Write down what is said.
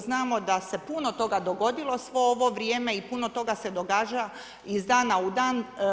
Znamo da se puno toga dogodilo svo ovo vrijeme i puno toga se događa iz dana u dan.